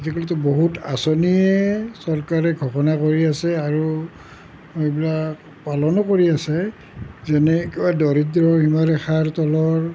আজিকালিতো বহুত আঁচনিয়ে চৰকাৰে ঘোষণা কৰি আছে আৰু এইবিলাক পালনো কৰি আছে যেনে দৰিদ্ৰ সীমাৰেখাৰ তলৰ